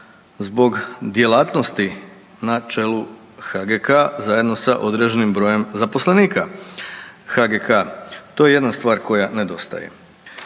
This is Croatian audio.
zbog djelatnosti na čelu HGK zajedno sa određenim brojem zaposlenika HGK. To je jedna stvar koja nedostaje.